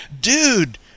dude